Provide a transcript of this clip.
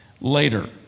later